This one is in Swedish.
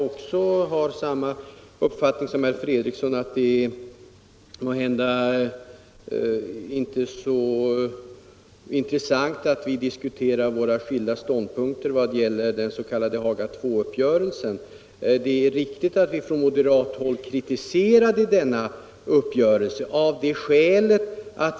Liksom herr Fredriksson anser jag att det måhända inte är så intressant att vi nu diskuterar våra skilda ståndpunkter i vad gäller den s.k. Haga II-uppgörelsen. Det är riktigt att vi från moderat håll kritiserade uppgörelsen.